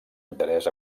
interès